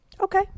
Okay